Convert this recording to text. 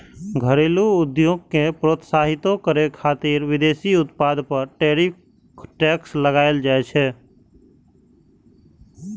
घरेलू उद्योग कें प्रोत्साहितो करै खातिर विदेशी उत्पाद पर टैरिफ टैक्स लगाएल जाइ छै